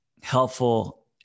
helpful